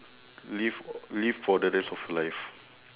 live live for the rest of life